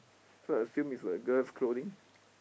so I assume is like girls clothing